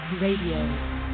Radio